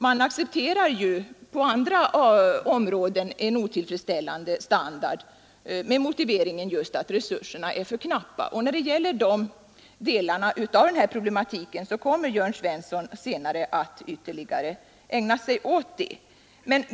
Man accepterar ju på andra områden en otillfredsställande standard med motiveringen att resurserna är för knappa. Herr Jörn Svensson kommer senare att ytterligare ägna sig åt dessa delar av problematiken.